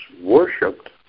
worshipped